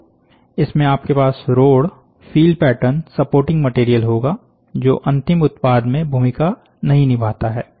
तो इसमें आपके पास road feel pattern supporting material होगाजो अंतिम उत्पाद में भूमिका नहीं निभाता है